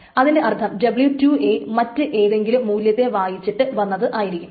അതിന്റെ അർത്ഥം w2 മറ്റ് ഏതെങ്കിലും മൂല്യത്തെ വായിച്ചിട്ട് വന്നതായിരിക്കും